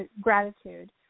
gratitude